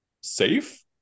safe